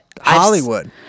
Hollywood